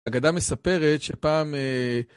אגדה מספרת שפעם...